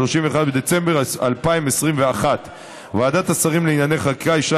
31 בדצמבר 2021. ועדת השרים לענייני חקיקה אישרה